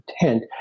intent